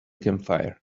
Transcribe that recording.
campfire